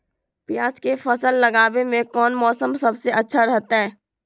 प्याज के फसल लगावे में कौन मौसम सबसे अच्छा रहतय?